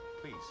Please